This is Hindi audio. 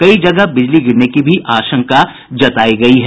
कई जगहों पर बिजली गिरने की भी आशंका जतायी गयी है